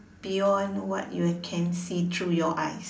beyond what you can see through your eyes